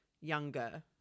younger